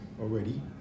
already